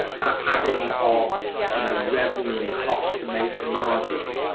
that adding of you know revenue and cost to make margin,